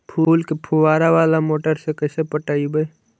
फूल के फुवारा बाला मोटर से कैसे पटइबै?